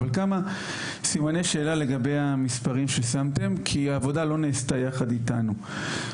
אבל כמה סימני שאלה לגבי המספרים ששמתם כי העבודה לא נעשתה יחד איתנו.